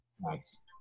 Nice